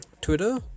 Twitter